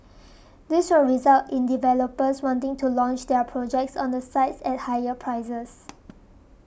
this will result in developers wanting to launch their projects on these sites at higher prices